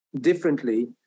differently